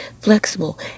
flexible